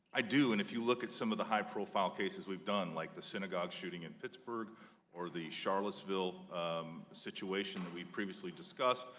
i do and if you look at some of the high-profile cases we've done like the synagogue shooting in pittsburgh or the charlottesville situation we previously discussed,